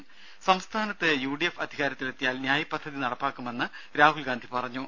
രും സംസ്ഥാനത്ത് യുഡിഎഫ് അധികാരത്തിലെത്തിയാൽ ന്യായ് പദ്ധതി നടപ്പാക്കുമെന്ന് രാഹുൽ ഗാന്ധി പറഞ്ഞു